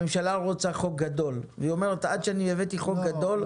הממשלה רוצה חוק גדול והיא אומרת שעד שהיא הביאה את החוק הגדול,